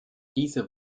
diese